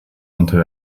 unter